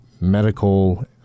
medical